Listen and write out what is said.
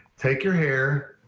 take your hair,